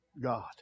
God